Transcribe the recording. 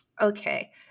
Okay